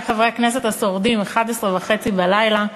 הכנסת השורדים, 23:30, בלילה,